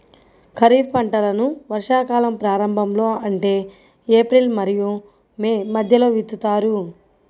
ఖరీఫ్ పంటలను వర్షాకాలం ప్రారంభంలో అంటే ఏప్రిల్ మరియు మే మధ్యలో విత్తుతారు